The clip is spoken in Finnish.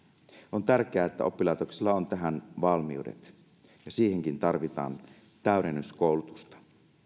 on tärkeää että oppilaitoksilla on tähän valmiudet ja siihenkin tarvitaan täydennyskoulutusta